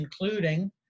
including